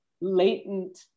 latent